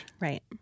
Right